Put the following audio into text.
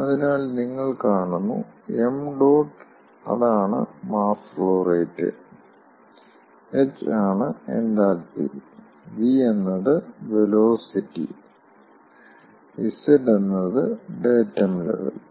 അതിനാൽ നിങ്ങൾ കാണുന്നു ṁ അതാണ് മാസ് ഫ്ലോ റേറ്റ് h ആണ് എൻതാൽപ്പി V എന്നത് വെലോസിറ്റി Z എന്നത് ഡേറ്റം ലെവൽ ആണ്